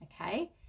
okay